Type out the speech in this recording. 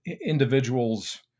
individuals